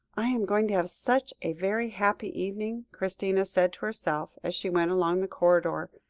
i am going to have such a very happy evening, christina said herself, as she went along the corridor,